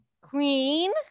Queen